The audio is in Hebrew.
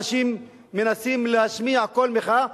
אנשים מנסים להשמיע קול מחאה,